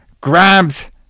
grabs